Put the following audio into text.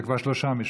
זה כבר שלושה משפטים.